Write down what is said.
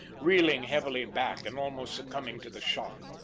reeling heavily back and almost succumbing to the shock,